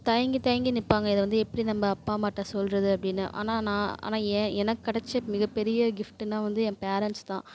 தயங்கி தயங்கி நிற்பாங்க இதை வந்து எப்படி நம்ப அப்பா அம்மாகிட்ட சொல்லுறது அப்படின்னு ஆனால் நான் ஆனால் ஏ எனக்கு கிடைச்ச மிகப்பெரிய கிஃப்ட்டுன்னா வந்து ஏன் பேரன்ட்ஸ் தான்